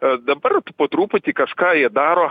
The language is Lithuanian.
a dabar po truputį kažką jie daro